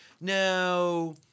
Now